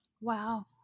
Wow